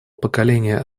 поколения